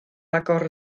agor